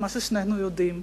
את מה ששנינו יודעים.